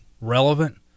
relevant